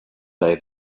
day